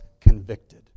convicted